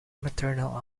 maternal